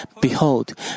Behold